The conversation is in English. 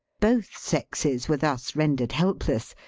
both sexes were thus ren dered helpless,